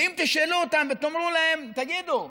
ואם תשאלו אותם ותאמרו להם, תגידו: